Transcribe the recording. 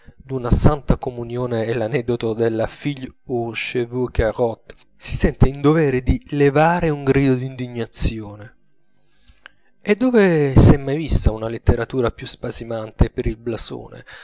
d'una santa comunione e l'aneddoto della fille aux cheveux carotte si sente in dovere di levare un grido d'indignazione e dove s'è mai vista una letteratura più spasimante per il blasone